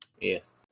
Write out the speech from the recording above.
Yes